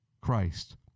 Christ